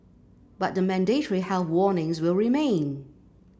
but the mandatory health warnings will remain